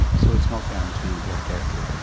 so it's not guaranteed. not guaranteed, no.